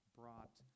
brought